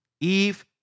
Eve